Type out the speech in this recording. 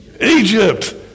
Egypt